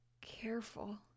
Careful